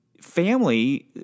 family